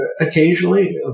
occasionally